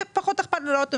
ופחות אכפת לו להעלות מחירים.